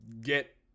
get